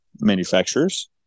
manufacturers